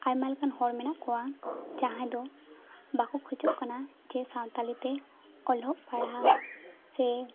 ᱟᱭᱢᱟ ᱞᱮᱠᱟᱱ ᱦᱚᱲ ᱢᱮᱱᱟᱜ ᱠᱚᱣᱟ ᱡᱟᱦᱟᱭ ᱫᱚ ᱵᱟᱠᱚ ᱠᱷᱚᱡᱚᱜ ᱠᱟᱱᱟ ᱡᱮ ᱥᱟᱱᱛᱟᱲᱤ ᱛᱮ ᱚᱞᱚᱜ ᱯᱟᱲᱦᱟᱣ ᱥᱮ